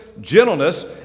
gentleness